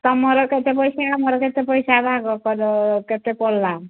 ତମର କେତେ ପଇସା ଆମର କେତେ ପଇସା ଭାଗ କେତେ ପଡ଼ଲା